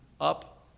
up